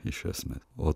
iš esmės o